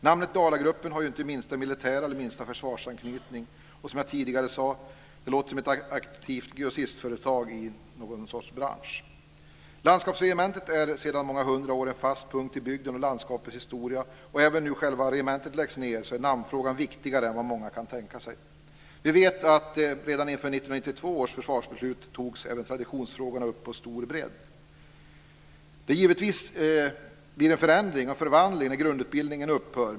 Namnet Dalagruppen har ju inte den minsta militära eller minsta försvarsanknytning. Och som jag tidigare sade: Det låter som ett aktivt grossistföretag i någon bransch. Landskapsregementet är sedan många hundra år en fast punkt i bygdens och i landskapets historia. Även om nu själva regementet läggs ned är namnfrågan viktigare än vad många kan förstå. Vi vet att redan inför 1992 års försvarsbeslut togs även traditionsfrågorna upp på stor bredd. Det är givet att det blev en stor förvandling när grundutbildningen upphörde.